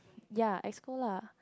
ya Exco lah